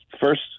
first